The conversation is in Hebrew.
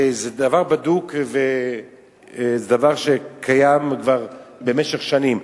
זה דבר בדוק, זה דבר שקיים כבר במשך שנים.